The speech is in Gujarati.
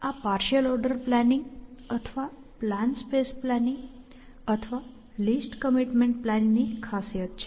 આ પાર્શિઅલ ઓર્ડર પ્લાનિંગ અથવા પ્લાન સ્પેસ પ્લાનિંગ અથવા લીસ્ટ કમિટમેન્ટ પ્લાનિંગ ની ખાસિયત છે